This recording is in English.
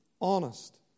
honest